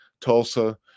Tulsa